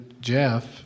Jeff